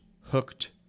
hooked